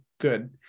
good